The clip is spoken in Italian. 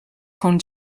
con